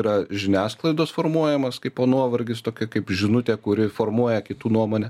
yra žiniasklaidos formuojamas kaipo nuovargis tokia kaip žinutė kuri formuoja kitų nuomonę